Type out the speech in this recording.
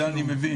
זה אני מבין,